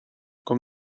com